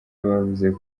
bavuze